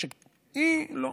היא לא.